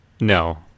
No